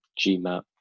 gmap